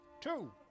Two